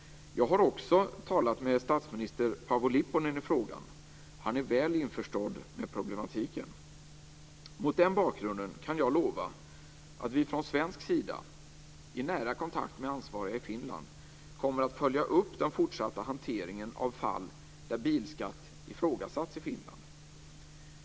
Jag har också talat med statsminister Paavo Lipponen i frågan. Han är väl införstådd med problematiken. Mot den bakgrunden kan jag lova att vi från svensk sida, i nära kontakt med ansvariga i Finland, kommer att följa upp den fortsatta hanteringen av fall där bilskatt ifrågasatts i Finland.